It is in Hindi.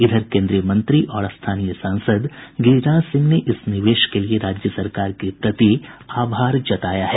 इधर केन्द्रीय मंत्री और स्थानीय सांसद गिरिराज सिंह ने इस निवेश के लिये राज्य सरकार के प्रति आभार जताया है